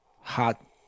hot